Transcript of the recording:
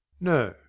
no